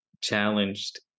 challenged